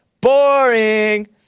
Boring